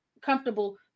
comfortable